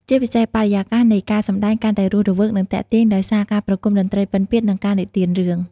ជាពិសេស បរិយាកាសនៃការសម្តែងកាន់តែរស់រវើក និងទាក់ទាញដោយសារការប្រគំតន្ត្រីពិណពាទ្យ និងការនិទានរឿង។